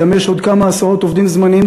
ויש גם עוד כמה עשרות עובדים זמניים,